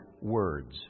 words